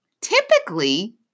Typically